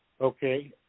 okay